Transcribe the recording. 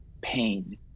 pain